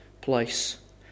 place